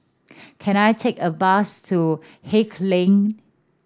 can I take a bus to Haig Lane